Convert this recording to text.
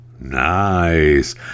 Nice